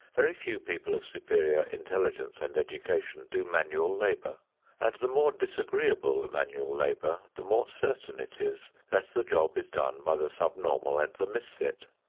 very few people of superior intelligence and education do manual labor and the more disagreeable the manual labor, the more certain it is that the job is done by the sub-normal and the misfit.